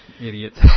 Idiot